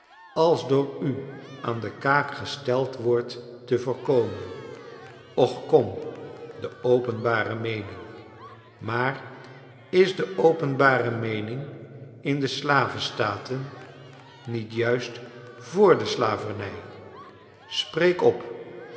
als door u aan de kaak gesteld wordt te voorkomen och kom de openbare meening maar is de openbare meening in de slaven staten niet juist voor de slaverny spreek op